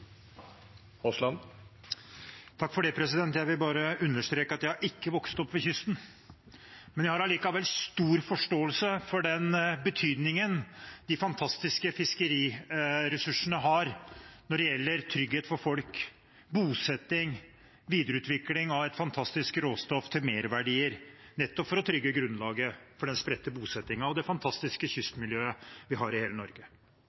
Jeg vil bare understreke at jeg ikke har vokst opp ved kysten. Jeg har likevel stor forståelse for den betydningen de fantastiske fiskeriressursene har når det gjelder trygghet for folk, bosetting og videreutvikling av et fantastisk råstoff til merverdier, nettopp for å trygge grunnlaget for den spredte bosettingen og det fantastiske kystmiljøet vi har i hele Norge.